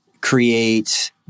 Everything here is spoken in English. create